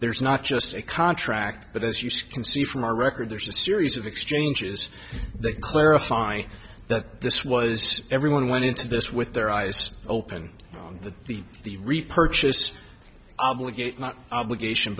there's not just a contract but as you can see from our record there's a series of exchanges that clarify that this was everyone went into this with their eyes open that the repurchase obligate not obligation